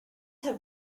have